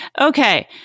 Okay